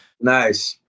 Nice